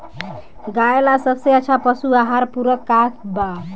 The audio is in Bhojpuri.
गाय ला सबसे अच्छा पशु आहार पूरक का बा?